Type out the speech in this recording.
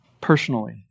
personally